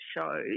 shows